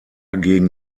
gegen